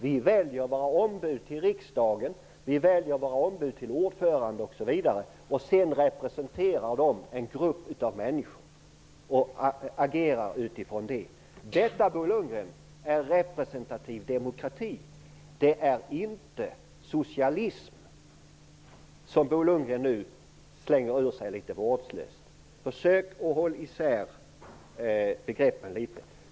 Vi väljer våra ombud till riksdagen, vi väljer våra ombud till ordförande osv. Sedan representerar de en grupp av människor och agerar utifrån det. Detta är representativ demokrati, Bo Lundgren. Det är inte socialism, som Bo Lundgren nu slänger ur sig litet vårdslöst. Försök att håll isär begreppen litet!